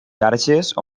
xarxes